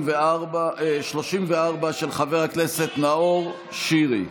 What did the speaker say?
34, של חבר הכנסת נאור שירי.